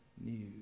news